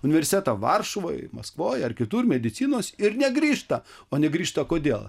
universitetą varšuvoj maskvoj ar kitur medicinos ir negrįžta o negrįžta kodėl